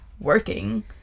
working